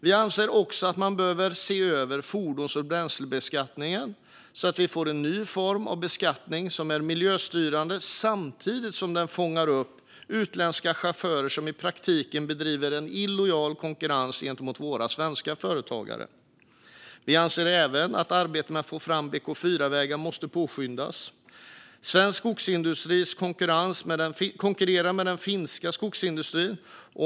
Vi anser också att man behöver se över fordons och bränslebeskattningen, så att vi får en ny form av beskattning som är miljöstyrande samtidigt som den fångar upp utländska chaufförer som i praktiken bedriver verksamhet i en illojal konkurrens gentemot våra svenska företagare. Vi anser även att arbetet med att få fram BK4-vägar måste påskyndas. Svensk skogsindustri konkurrerar med den finska skogsindustrin.